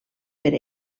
per